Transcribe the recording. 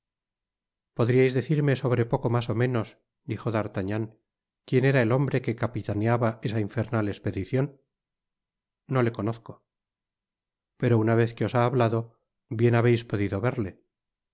podríais decirme sobre poco mas ó menos dijo d'artatgnftn quien era él hombre qtte capitaneaba esa infernal espedicion no le conozco pero una vez que os ha hablado bien habeis podido verle